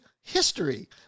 history